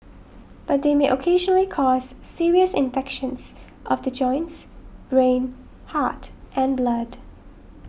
but they may occasionally cause serious infections of the joints brain heart and blood